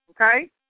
Okay